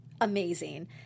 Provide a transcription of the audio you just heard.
amazing